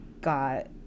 got